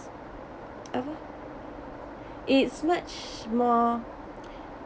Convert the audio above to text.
uh